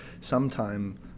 sometime